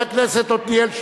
בן-ארי.